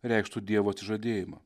reikštų dievo atsižadėjimą